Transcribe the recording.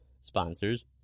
sponsors